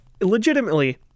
legitimately